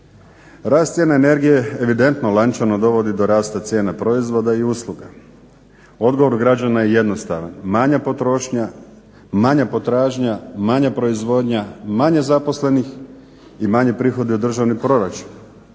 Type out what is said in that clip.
Rast cijena energije evidentno lančano dovodi do rasta cijena proizvoda i usluga. Odgovor građana je jednostavna, manja potrošnja, manja potražnja, manja proizvodnja, manje zaposlenih, i manji prihodi u državni proračun